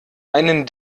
einen